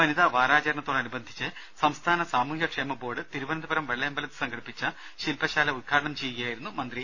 വനിതാ വാരാചരണത്തോടനുബന്ധിച്ച് സംസ്ഥാന സാമൂഹ്യക്ഷേമ ബോർഡ് തിരുവനന്തപുരം വെള്ളയമ്പലത്ത് സംഘടിപ്പിച്ച ശില്പശാല ഉദ്ഘാടനം ചെയ്യുകയായിരുന്നു മന്ത്രി